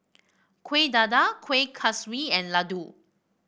Kueh Dadar Kueh Kaswi and laddu